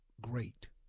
great